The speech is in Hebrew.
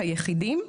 היחידים,